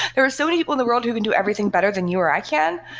there are so many people in the world who can do everything better than you or i can.